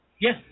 Yes